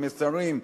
המסרים,